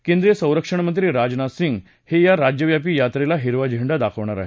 केंद्रीय संरक्षणमंत्री राजनाथ सिंग हे या राज्यव्यापी यात्रेला हिरवा झेंडा दाखवतील